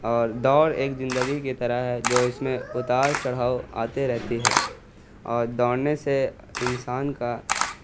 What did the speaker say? اور دوڑ ایک زندگی کی طرح ہے جو اس میں اتار چڑھاؤ آتے رہتی ہے اور دوڑنے سے انسان کا